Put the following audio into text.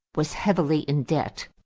was heavily in debt,